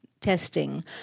testing